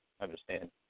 understand